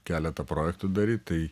keletą projektų daryt tai